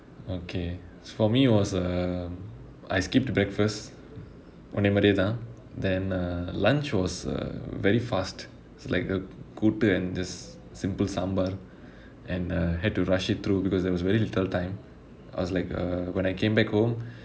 okay for me was um I skipped breakfast ஒன்னை மாதிரிதான்:onnai maathirithaan then err lunch was uh very fast it's like puttu and just simple sambar and err had to rush it through because there was very little time I was like uh when I came back home